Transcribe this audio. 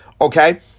okay